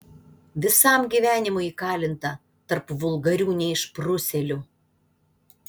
visam gyvenimui įkalinta tarp vulgarių neišprusėlių